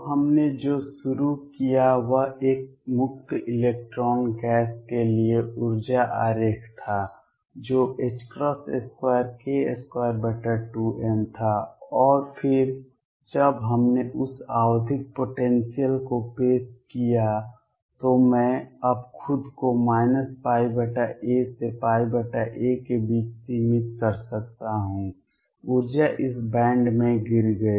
तो हमने जो शुरू किया वह एक मुक्त इलेक्ट्रॉन गैस के लिए ऊर्जा आरेख था जो 2k22m था और फिर जब हमने उस आवधिक पोटेंसियल को पेश किया तो मैं अब खुद को πa से πa के बीच सीमित कर सकता हूं ऊर्जा इस बैंड में गिर गई